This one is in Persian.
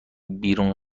بیرون